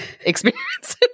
experience